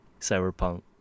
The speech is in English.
Cyberpunk